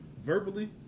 verbally